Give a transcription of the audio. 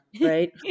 right